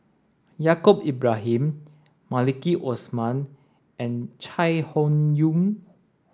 Yaacob Ibrahim Maliki Osman and Chai Hon Yoong